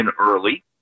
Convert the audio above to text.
early